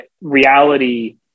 reality